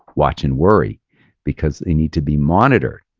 watch and worry because they need to be monitored.